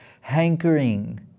hankering